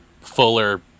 fuller